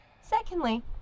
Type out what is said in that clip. Secondly